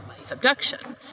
subduction